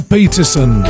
Peterson